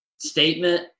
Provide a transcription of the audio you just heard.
statement